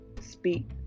speak